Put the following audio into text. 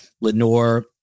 Lenore